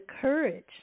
courage